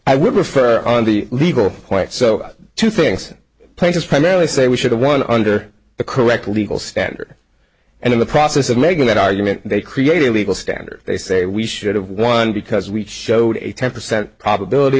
i would refer on the legal point so two things places primarily say we should have one under the correct legal standard and in the process of making that argument they create a legal standard they say we should have won because we showed a ten percent probability